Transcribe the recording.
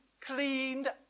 cleaned